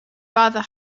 rather